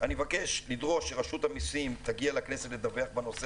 אני מבקש לדרוש שרשות המסים תגיע לכנסת לדווח בנושא,